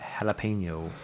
Jalapeno